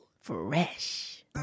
Fresh